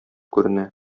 күренә